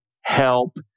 help